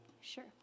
Sure